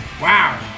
Wow